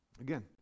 Again